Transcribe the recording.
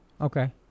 Okay